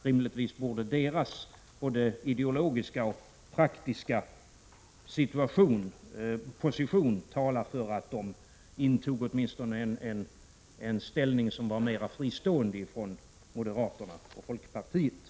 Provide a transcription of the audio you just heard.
Rimligtvis borde både deras ideologiska — 2 juni 1987 och praktiska position tala för att de intog en ställning som var mera fristående från moderaternas och folkpartiets.